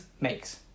makes